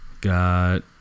got